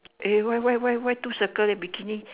eh why why why why two circle eh bikini